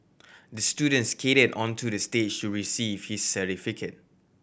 the student skated onto the stage to receive his certificate